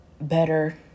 better